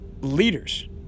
leaders